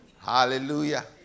Hallelujah